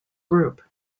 group